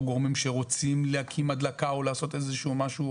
או גורמים שרוצים להקים הדלקה או לעשות איזשהו משהו,